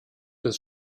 des